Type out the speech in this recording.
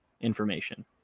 information